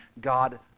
God